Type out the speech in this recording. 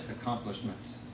accomplishments